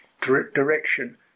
direction